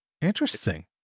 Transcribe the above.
Interesting